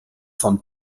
von